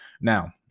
now